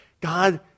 God